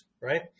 right